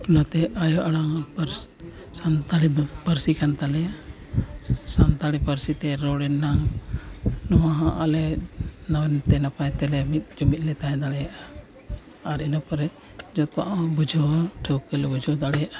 ᱚᱱᱟᱛᱮ ᱟᱭᱳ ᱟᱲᱟᱝ ᱥᱟᱱᱛᱟᱲᱤ ᱫᱚ ᱯᱟᱹᱨᱥᱤ ᱠᱟᱱ ᱛᱟᱞᱮᱭᱟ ᱥᱟᱱᱛᱟᱲᱤ ᱯᱟᱹᱨᱥᱤᱛᱮ ᱨᱚᱲ ᱨᱮᱱᱟᱜ ᱱᱚᱣᱟ ᱦᱚᱸ ᱟᱞᱮ ᱱᱚᱜᱼᱚᱭ ᱱᱤᱛᱚᱜ ᱱᱟᱯᱟᱭ ᱛᱮᱞᱮ ᱢᱤᱫ ᱡᱩᱢᱤᱫᱞᱮ ᱛᱟᱦᱮᱸ ᱫᱟᱲᱮᱭᱟᱜᱼᱟ ᱟᱨ ᱤᱱᱟᱹ ᱯᱚᱨᱮ ᱡᱚᱛᱚᱣᱟᱜ ᱵᱩᱡᱷᱟᱹᱣ ᱦᱚᱸ ᱴᱷᱟᱹᱣᱠᱟᱹᱞᱮ ᱵᱩᱡᱷᱟᱹᱣ ᱫᱟᱲᱮᱭᱟᱜᱼᱟ